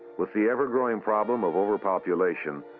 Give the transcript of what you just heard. with the ever-growing problem of overpopulation,